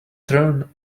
turn